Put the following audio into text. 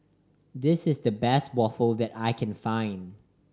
this is the best waffle that I can find